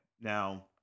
now